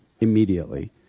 immediately